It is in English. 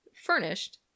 furnished